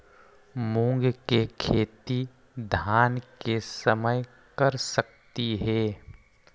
मुंग के खेती धान के समय कर सकती हे?